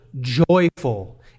joyful